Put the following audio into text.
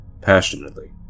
passionately